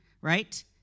right